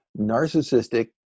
narcissistic